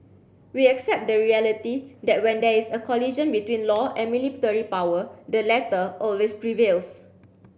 we accept the reality that when there is a collision between law and military power the latter always prevails